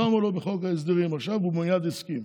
שמו לו בחוק ההסדרים עכשיו והוא מייד הסכים.